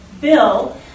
bill